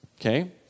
okay